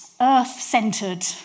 earth-centered